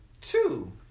Two